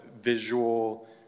visual